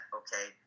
okay